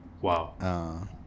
Wow